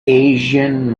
asian